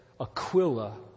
Aquila